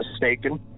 mistaken